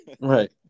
Right